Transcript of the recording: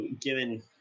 Given